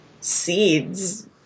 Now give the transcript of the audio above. seeds